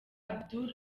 abdul